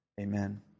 Amen